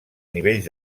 nivells